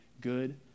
good